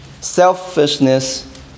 Selfishness